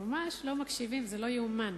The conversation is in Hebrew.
ממש לא מקשיבים, זה לא ייאמן,